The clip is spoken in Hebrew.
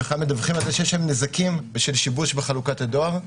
מדווחים שיש להם נזקים בהליך משפטי בשל שיבוש בחלוקת הדואר,